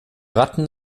ratten